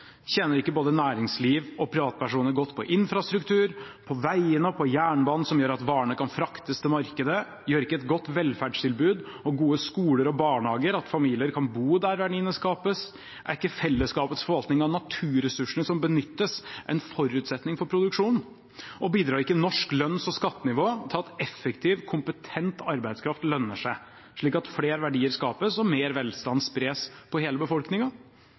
Tjener ikke både næringsliv og privatpersoner godt på infrastruktur, på veiene og på jernbanen, som gjør at varene kan fraktes til markedet? Gjør ikke et godt velferdstilbud, gode skoler og barnehager at familier kan bo der verdiene skapes? Er ikke fellesskapets forvaltning av naturressursene som benyttes, en forutsetning for produksjonen? Og bidrar ikke norsk lønns- og skattenivå til at effektiv, kompetent arbeidskraft lønner seg, slik at flere verdier skapes og mer velstand spres på hele